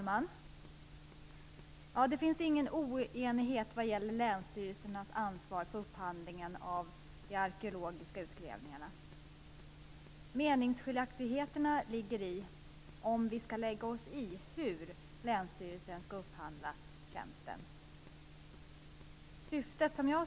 Fru talman! Det råder ingen oenighet vad gäller länsstyrelsernas ansvar för upphandlingen av de arkeologiska utgrävningarna. Meningsskiljaktigheterna består i om vi skall lägga oss i hur länsstyrelserna skall upphandla tjänsten.